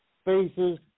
faces